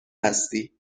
هستی